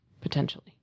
potentially